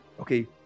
okay